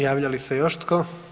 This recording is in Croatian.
Javlja li se još tko?